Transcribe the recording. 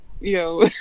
Yo